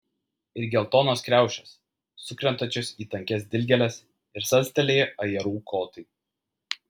ir geltonos kriaušės sukrentančios į tankias dilgėles ir salstelėję ajerų kotai